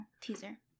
teaser